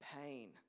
pain